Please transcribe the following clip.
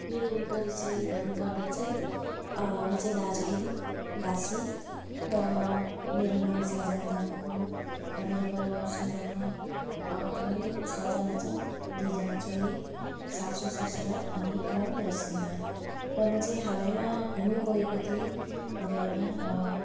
मेरो परिचय भन्नु पर्दा चाहिँ म चाहिँ दार्जिलिङवासी र मेरो नाम साजन तामाङ हो र मेरो परिवार चाहिँ घरमा हामी छजना छौँ दुइ जना छोरी सासू ससुरा अनि म मेरो श्रीमान् र म चाहिँ हालैमा घुम्न गएको थिएँ दुबईमा र